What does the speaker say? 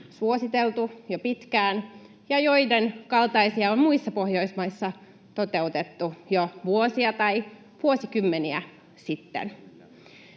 suositeltu jo pitkään ja joiden kaltaisia on muissa Pohjoismaissa toteutettu jo vuosia tai vuosikymmeniä sitten.